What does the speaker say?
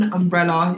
umbrella